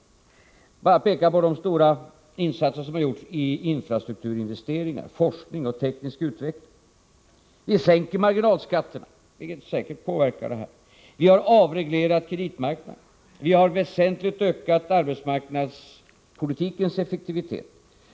Jag vill bara peka på de stora insatser som har gjorts i infrastrukturinvesteringar, forskning och teknisk utveckling. Vi sänker marginalskatterna, vilket säkert påverkar detta. Vi har avreglerat kreditmarknaden. Vi har väsentligt ökat arbetsmarknadspolitikens effektivitet.